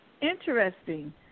Interesting